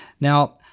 Now